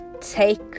take